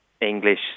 English